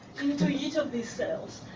into each of these cells.